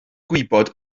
gwybod